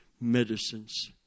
medicines